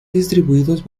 distribuidos